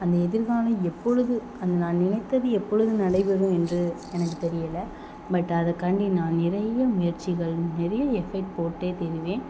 அந்த எதிர்காலம் எப்பொழுது நான் நினைத்தது எப்பொழுது நடைபெறும் என்று எனக்கு தெரியலை பட் அதற்காண்டி நான் நிறைய முயற்சிகள் நிறைய எஃபெக்ட் போட்டே தீருவேன்